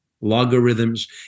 logarithms